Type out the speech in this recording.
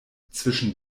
zwischen